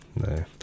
No